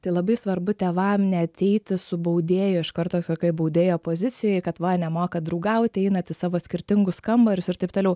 tai labai svarbu tėvam neateiti su baudėja iš karto kaip baudėjo pozicijoj kad va nemokat draugauti einat į savo skirtingus kambarius ir taip toliau